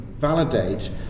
validate